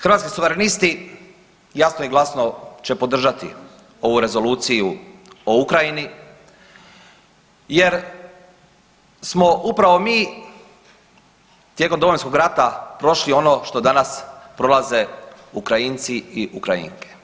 Hrvatski suverenisti jasno i glasno će podržati ovu Rezoluciju o Ukrajini jer smo upravi mi tijekom Domovinskog rata prošli ono što danas prolaze Ukrajinci i Ukrajine.